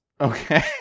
Okay